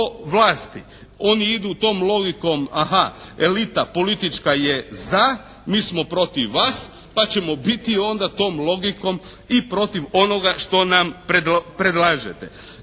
Oni idu tom logikom, a ha, elita politička je za, mi smo protiv vas, pa ćemo biti onda tom logikom i protiv onoga što nam predlažete.